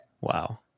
Wow